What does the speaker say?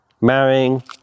marrying